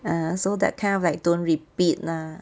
ah so that kind of like don't repeat lah